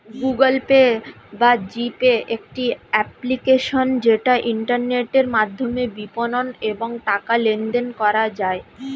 Google Pay বা G Pay একটি application যেটা ইন্টারনেটের মাধ্যমে বিপণন এবং টাকা লেনদেন করা যায়